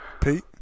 Pete